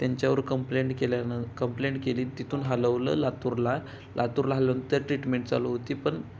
त्यांच्यावर कंप्लेंट केल्यानं कम्प्लेंट केली तिथून हलवलं लातूरला लातूरला हालवून तर ट्रीटमेंट चालू होती पण